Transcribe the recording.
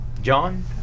John